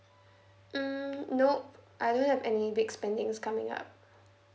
mm nop I don't have any big spendings coming up